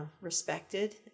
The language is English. respected